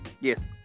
Yes